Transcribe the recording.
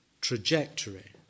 trajectory